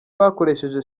bakoresheje